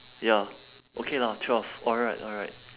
ya okay lah twelve alright alright